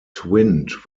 twinned